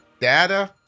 Data